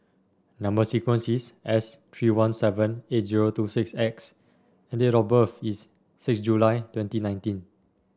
number sequence is S three one seven eight zero two six X and date of birth is six July twenty nineteen